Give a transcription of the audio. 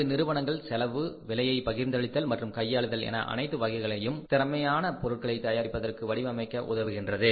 அது நிறுவனங்கள் செலவு விலையைப் பகிர்ந்தளித்தல் மற்றும் கையாளுதல் என அனைத்து வகைகளிலும் திறமையாக பொருட்களை தயாரிப்பதற்கு வடிவமைக்க உதவுகின்றது